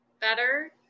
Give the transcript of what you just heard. better